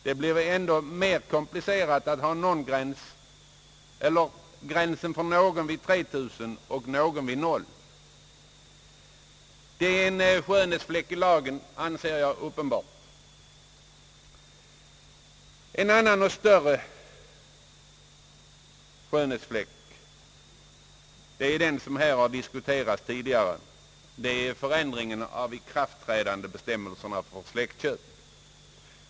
Det blir ändå mer komplicerat att ha gränsen för somliga vid 3 000 och för somliga vid noll. Detta är en skönhetsfläck i lagen, det anser jag vara uppenbart. En annan och större skönhetsfläck är de här tidigare diskuterade bestämmelserna om förändringen av ikraftträdandebestämmelserna för släktköp.